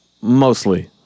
mostly